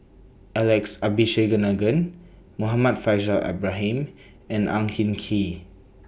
Alex Abisheganaden Muhammad Faishal Ibrahim and Ang Hin Kee